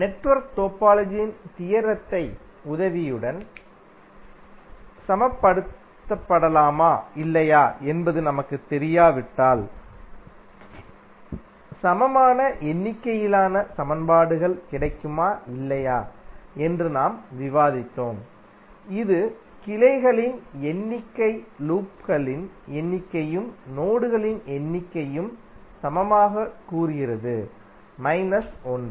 network டோபாலஜியின் தியரத்தின் உதவியுடன் சமப்படுத்தப்படலாமா இல்லையா என்பது நமக்குத் தெரியாவிட்டால் சமமான எண்ணிக்கையிலான சமன்பாடுகள் கிடைக்குமா இல்லையா என்று நாம் விவாதித்தோம் இது கிளைகளின் எண்ணிக்கை லூப்களின் எண்ணிக்கையையும் நோடுகளின் எண்ணிக்கையையும் சமமாகக் கூறுகிறது மைனஸ் 1